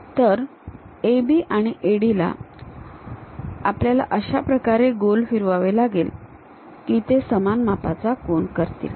तर AB आणि AD ला आपल्याला अशा प्रकारे गोल फिरवावे लागेल की ते समान मापाचा कोन करतील